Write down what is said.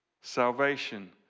salvation